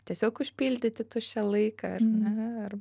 tiesiog užpildyti tuščią laiką ir